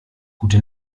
gute